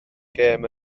gêm